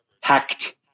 hacked